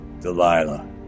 Delilah